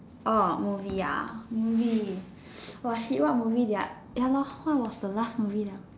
orh movie ya movie what shit what movie that are ya lor what was the last movie ah